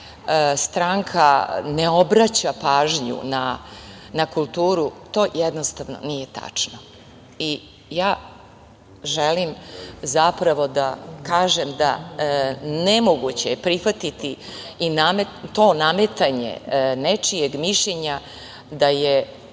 stranka ne obraća pažnju na kulturu, to jednostavno nije tačno. Želim zapravo da kažem da je nemoguće prihvatiti to nametanje nečijeg mišljenja da je